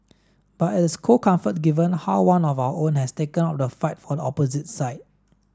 but it is cold comfort given how one of our own has taken up the fight for the opposite side